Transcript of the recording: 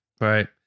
Right